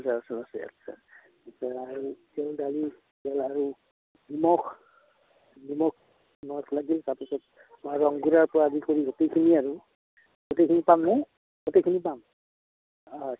আচ্ছা আচ্ছা আৰু তেল দালি তেল আৰু নিমখ নিমখ লাগিল তাৰ পিছত ৰং গুৰাৰপৰা আদি কৰি গোটেইখিনিয়ে আৰু গোটেইখিনি পামনে গোটেইখিনি পাম আচ্ছা